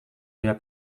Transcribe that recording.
bila